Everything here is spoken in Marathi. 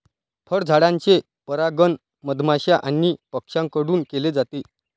फळझाडांचे परागण मधमाश्या आणि पक्ष्यांकडून केले जाते